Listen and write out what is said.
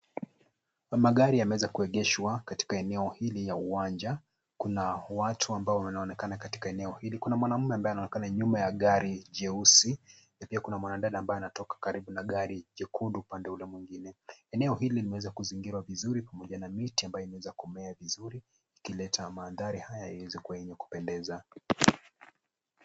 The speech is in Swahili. Magari yanaweza kuegeshwa kwenye eneo hili ya uwanja. Kuna watu ambao wanaonekana katika eneo hili. Kuna mwanaume ambaye anaonekana nyuma ya gari jeusi na pia kuna mwanadada ambaye anatoka karibu na gari jekundu upande ule mwingine. Eneo hili limeweza kuzingatiwa vizuri na pamoja na miti ambayo imeweza kumea vizuri ikileta mandhari haya yenye kupendeza.